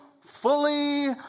fully